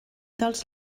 dels